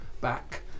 back